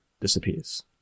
disappears